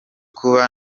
kuba